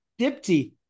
Dipti